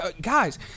guys